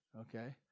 Okay